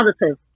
positive